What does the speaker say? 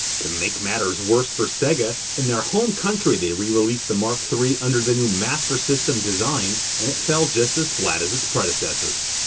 to make matters worse for sega, in their home country they re-released the mark iii under the new master system design, and it fell just as flat as its predecessors.